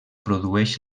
produeix